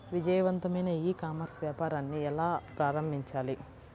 విజయవంతమైన e commerce వ్యాపారాన్ని ఎలా ప్రారంభించాలి?